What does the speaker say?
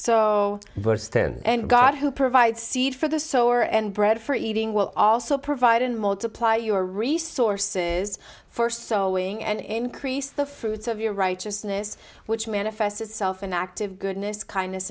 ten and god who provide seed for the sower and bread for eating will also provide and multiply your resources for sowing and increase the fruits of your righteousness which manifest itself in active goodness kindness